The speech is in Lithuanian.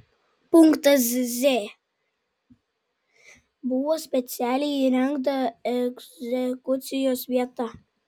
punktas z buvo specialiai įrengta egzekucijos vieta